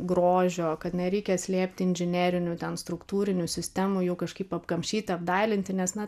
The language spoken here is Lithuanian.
grožio kad nereikia slėpti inžinerinių ten struktūrinių sistemų jau kažkaip apkamšyti apdailinti nes na